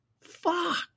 Fuck